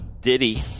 Diddy